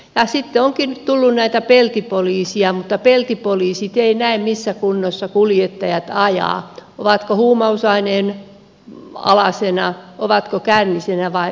sitten onkin tullut näitä peltipoliiseja mutta peltipoliisit eivät näe missä kunnossa kuljettajat ajavat ovatko huumausaineen alaisena ovatko kännisenä vai mitä